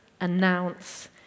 announce